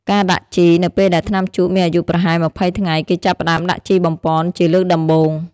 ការដាក់ជី នៅពេលដែលថ្នាំជក់មានអាយុប្រហែល ២០ ថ្ងៃ គេចាប់ផ្ដើមដាក់ជីបំប៉នជាលើកដំបូង។